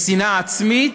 משנאה עצמית,